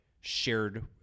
shared